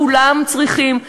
כולם צריכים להתגייס,